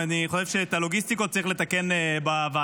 ואני חושב שאת הלוגיסטיקות צריך לתקן בוועדה.